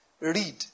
Read